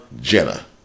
Jenna